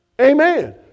Amen